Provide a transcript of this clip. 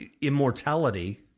immortality